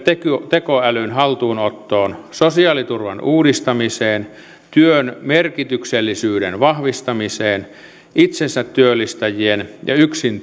tekoälyn haltuunottoon sosiaaliturvan uudistamiseen työn merkityksellisyyden vahvistamiseen itsensätyöllistäjien ja yksin